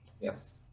Yes